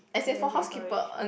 he does it for rich